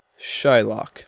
Shylock